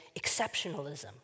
exceptionalism